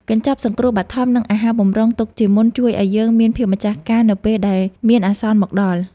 កញ្ចប់សង្គ្រោះបឋម និងអាហារបម្រុងទុកជាមុនជួយឱ្យយើងមានភាពម្ចាស់ការនៅពេលដែលមានអាសន្នមកដល់។